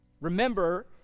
Remember